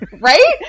Right